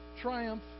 triumph